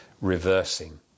reversing